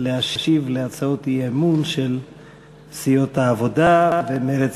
להשיב על הצעות האי-אמון של סיעות העבודה ומרצ,